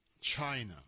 China